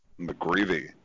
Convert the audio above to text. McGreevy